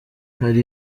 hari